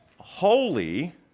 Holy